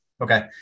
Okay